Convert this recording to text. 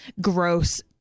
gross